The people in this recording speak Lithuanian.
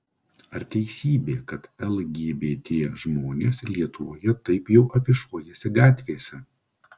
ar teisybė kad lgbt žmonės lietuvoje taip jau afišuojasi gatvėse